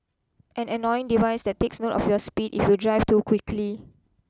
an annoying device that takes note of your speed if you drive too quickly